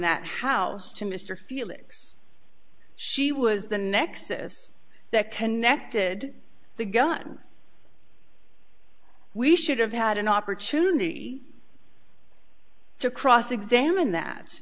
that house to mr felix she was the nexus that connected the gun we should have had an opportunity to cross examine that